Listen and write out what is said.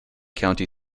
county